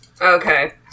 Okay